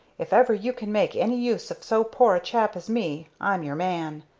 if ever you can make any use of so poor a chap as me, i'm your man.